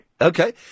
Okay